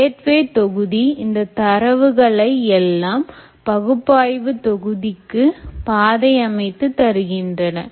gateway தொகுதி இந்த தரவுகளை எல்லாம் பகுப்பாய்வு தொகுதிக்கு பாதை அமைத்து தருகின்றன